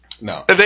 No